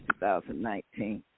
2019